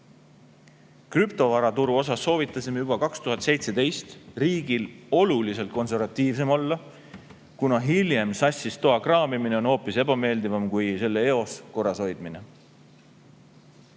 Krüptovaraturu osas soovitasime juba 2017 riigil oluliselt konservatiivsem olla, kuna sassis toa kraamimine on hoopis ebameeldivam kui selle eos korrashoidmine.